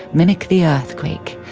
mimic the earthquake,